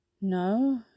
no